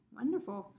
wonderful